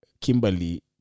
Kimberly